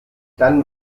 dann